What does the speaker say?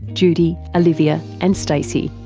judy, olivia and stacey.